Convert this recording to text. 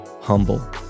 Humble